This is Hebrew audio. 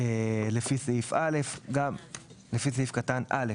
לפי סעיף קטן (א).